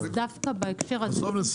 אז דווקא בהקשר הזה זה מופיע באתר.